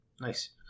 Nice